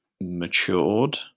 matured